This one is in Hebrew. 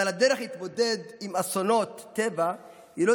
אבל הדרך להתמודד עם אסונות טבע היא לא